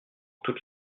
toutes